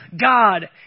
God